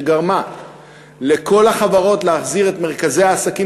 שגרמה לכל החברות להחזיר את מרכזי העסקים